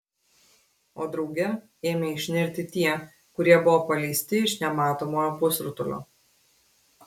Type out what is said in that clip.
o drauge ėmė išnirti tie kurie buvo paleisti iš nematomojo pusrutulio